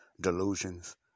Delusions